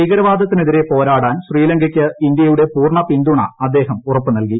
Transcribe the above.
ഭീകരവാദത്തിനെതിരെ പോരാടാൻ ശ്രീലങ്കയ്ക്ക് ഇന്ത്യയൂട്ടെ പൂർണ്ണ പിന്തുണ അദ്ദേഹം ഉറപ്പുനൽകി